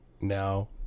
No